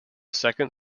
second